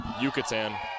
Yucatan